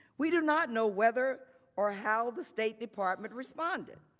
we did not know whether or how the state department responded.